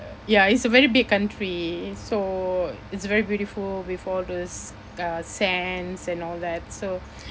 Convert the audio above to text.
ya it's a very big country so it's very beautiful with all those uh sands and all that so